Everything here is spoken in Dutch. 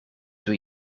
doe